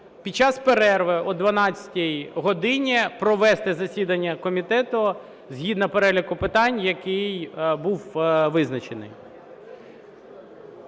під час перерви о 12 годині провести засідання комітету згідно переліку питань, який був визначений.